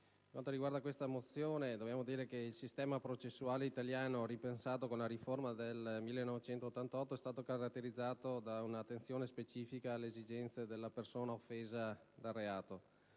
quanto riguarda la mozione in esame occorre dire che il sistema processuale italiano, ripensato con la riforma del 1988, è stato caratterizzato da un'attenzione specifica alle esigenze della persona offesa dal reato,